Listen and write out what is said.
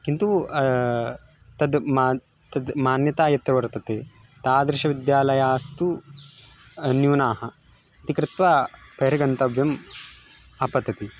किन्तु तत् मा तत् मान्यता यत् वर्तते तादृशविद्यालयास्तु न्यूनाः इति कृत्वा परं गन्तव्यम् अपतति